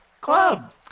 club